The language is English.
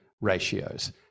ratios